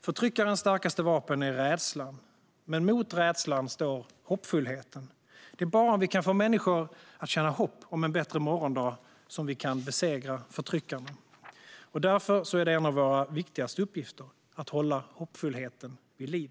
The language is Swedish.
Förtryckarens starkaste vapen är rädslan, men mot rädslan står hoppfullheten. Det är bara om vi kan få människor att känna hopp om en bättre morgondag som vi kan besegra förtryckarna. Därför är en av våra viktigaste uppgifter att hålla hoppfullheten vid liv.